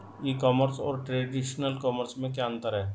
ई commerce और traditional commerce में क्या अंतर है?